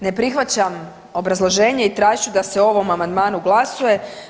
Ne prihvaćam obrazloženje i tražit ću da se o ovom amandmanu glasuje.